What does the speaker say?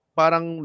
parang